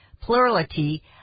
plurality